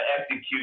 execute